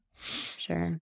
Sure